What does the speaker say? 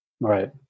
right